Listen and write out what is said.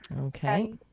Okay